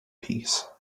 peace